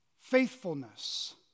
faithfulness